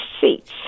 seats